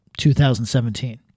2017